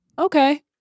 okay